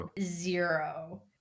zero